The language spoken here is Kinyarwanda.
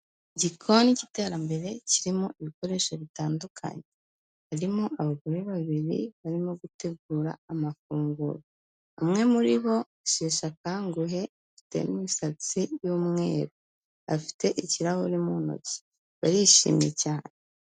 Igikoni k'iterambere kirimo ibikoresho bitandukanye, harimo abagore babiri barimo gutegura amafunguro, umwe muri bo asheshe akanguhe afite n'imisatsi y'umweru afite ikirahuri mu ntoki barishimye cyane.